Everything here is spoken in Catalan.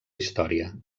història